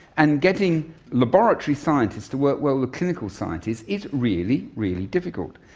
and getting laboratory scientists to work well with clinical scientists is really, really difficult,